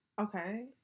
Okay